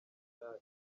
gishari